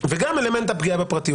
שגם סמ"ס אין לחלק גדול מהן,